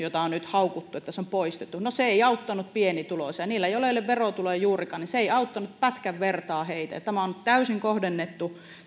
nyt on haukuttu sitä että se on poistettu no se ei auttanut pienituloisia niitä joilla ei ollut verotuloja juurikaan se ei auttanut pätkän vertaa tämä huoltajakorotus on nyt täysin kohdennettu